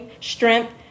strength